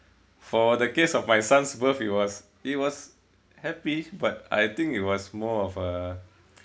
for the case of my son's birth it was it was happy but I think it was more of a